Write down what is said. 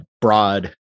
broad